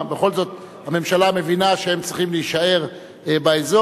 בכל זאת הממשלה מבינה שהם צריכים להישאר באזור.